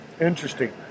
Interesting